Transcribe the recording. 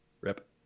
Rip